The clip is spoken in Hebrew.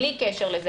בלי קשר לזה,